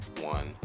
one